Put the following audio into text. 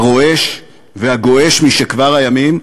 הרועש והגועש משכבר הימים,